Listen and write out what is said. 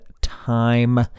Time